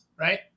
right